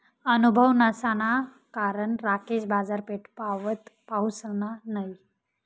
अनुभव नसाना कारण राकेश बाजारपेठपावत पहुसना नयी